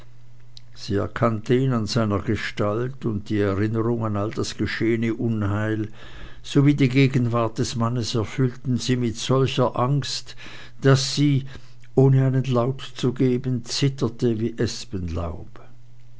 sie erkannte ihn an seiner gestalt und die erinnerung an all das geschehene unheil sowie die gegenwart des mannes erfüllten sie mit solcher angst daß sie ohne einen laut zu geben zitterte wie espenlaub